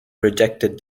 rejected